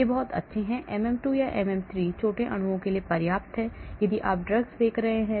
ये बहुत अच्छे हैं MM2 या MM3 छोटे अणुओं के लिए पर्याप्त हैं यदि आप ड्रग्स देख रहे हैं